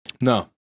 No